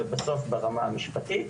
ובסוף ברמה המשפטית.